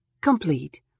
Complete